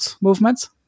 movement